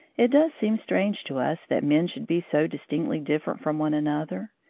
it does seem strange to us that men should be so distinctly different from one another.